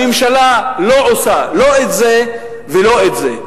הממשלה לא עושה לא את זה ולא את זה,